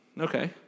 okay